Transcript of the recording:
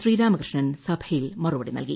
ശ്രീരാമകൃഷ്ണൻ സഭയിൽ മറുപടി നൽകി